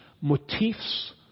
motifs